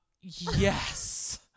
Yes